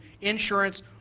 insurance